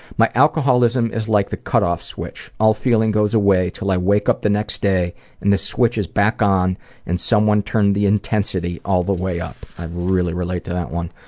my alcoholism is like the cutoff switch. all feeling goes away until i wake up the next day and the switch is back on and someone turns the intensity all the way up. i really relate to that one.